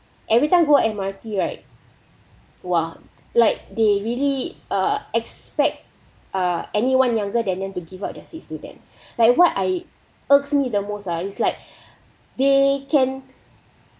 everytime go M_R_T right !wah! like they really uh expect uh anyone younger than them to give up their seats to them like what I irks me the most ah is like they can